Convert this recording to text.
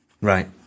Right